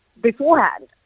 beforehand